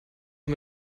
man